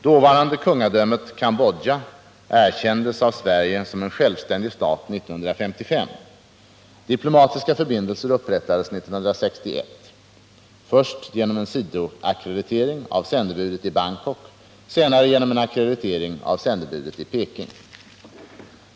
Dåvarande kungadömet Cambodja erkändes av Sverige som en självständig stat 1955. Diplomatiska förbindelser upprättades 1961, först genom sidoackreditering av sändebudet i Bangkok, senare genom ackreditering av sändebudet i Peking.